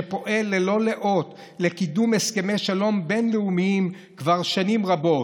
שפועל ללא לאות לקידום הסכמי שלום בין-לאומיים כבר שנים רבות.